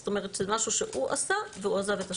זאת אומרת שזה משהו שהוא עשה והוא עזב את השירות,